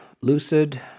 lucid